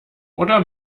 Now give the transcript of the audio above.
oder